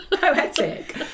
poetic